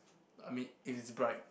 I mean if it's bright